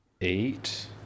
eight